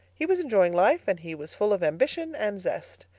he was enjoying life, and he was full of ambition and zest.